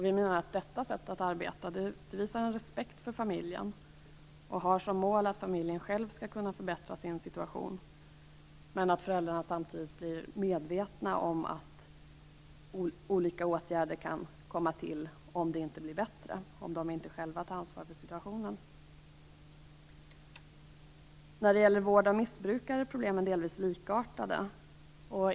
Vi menar att detta sätt att arbeta visar respekt för familjen. Det har som mål att familjen själv skall kunna förbättra sin situation. Men samtidigt skall föräldrarna bli medvetna om att olika åtgärder kan komma att vidtas om det inte blir bättre och om de inte själva tar ansvar för situationen. När det gäller vård av missbrukare är problemen delvis likartade.